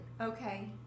Okay